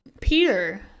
Peter